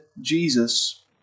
Jesus